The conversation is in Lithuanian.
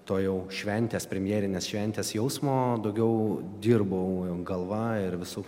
to jau šventės premjerines šventės jausmo daugiau dirbau galva ir visų